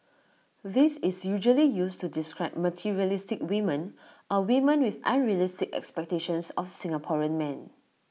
this is usually used to describe materialistic women or women with unrealistic expectations of Singaporean men